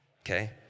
okay